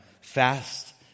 fast